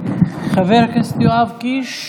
חבר הכנסת יואב קיש,